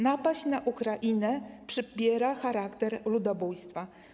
Napaść na Ukrainę przybiera charakter ludobójstwa.